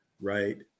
Right